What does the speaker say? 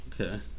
Okay